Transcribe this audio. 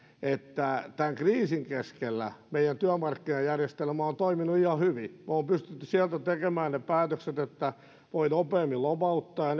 että tämän kriisin keskellä meidän työmarkkinajärjestelmämme on toiminut ihan hyvin me olemme pystyneet sieltä tekemään ne päätökset että voi nopeammin lomauttaa ja